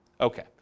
Okay